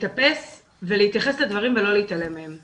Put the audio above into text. להתאפס ולהתייחס לדברים ולא להתעלם מהם.